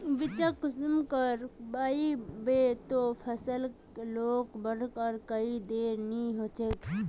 बिच्चिक कुंसम करे बोई बो ते फसल लोक बढ़वार कोई देर नी होबे?